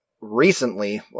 recently